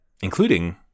including